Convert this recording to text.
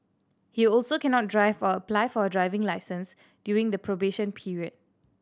he also cannot drive or apply for a driving licence during the probation period